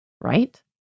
right